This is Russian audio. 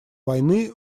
войны